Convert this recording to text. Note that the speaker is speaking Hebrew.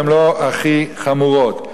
והן לא הכי חמורות,